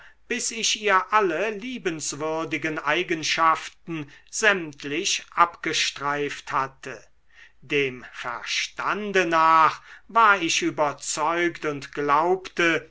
bis ich ihr alle liebenswürdigen eigenschaften sämtlich abgestreift hatte dem verstande nach war ich überzeugt und glaubte